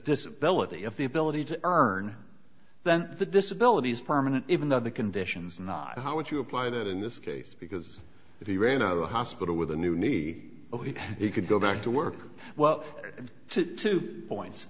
disability of the ability to earn then the disability permanent even though the conditions are not how would you apply that in this case because if he ran out of the hospital with a new knee he could go back to work well to two points